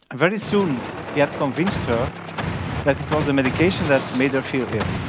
and very soon he had convinced her that it was the medication that made her feel ill.